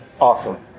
Awesome